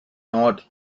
not